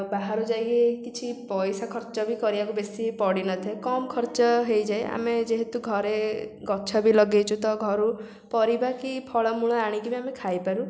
ବାହାରୁ ଯାଇକି କିଛି ପଇସା ଖର୍ଚ୍ଚ ବି ବେଶୀ କରିବାକୁ ପଡ଼ିନଥାଏ କମ୍ ଖର୍ଚ୍ଚ ହେଇଯାଏ ଆମେ ଯେହେତୁ ଘରେ ଗଛ ବି ଲଗେଇଛୁ ତ ଘରୁ ପରିବା କି ଫଳ ମୂଳ ଆଣିକି ବି ଆମେ ଖାଇପାରୁ